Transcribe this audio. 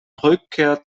rückkehr